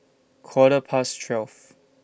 Quarter Past twelve